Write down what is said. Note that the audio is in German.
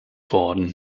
worden